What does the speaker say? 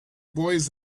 boys